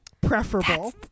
preferable